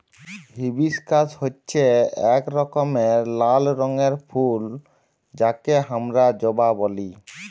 hibiscus হচ্যে এক রকমের লাল রঙের ফুল যাকে হামরা জবা ব্যলি